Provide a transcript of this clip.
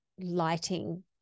Lighting